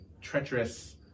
treacherous